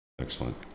excellent